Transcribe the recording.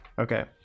okay